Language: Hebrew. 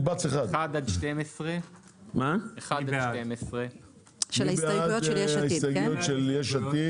עד 12. מי בעד ההסתייגויות של יש עתיד?